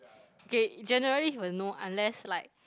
okay generally he will know unless like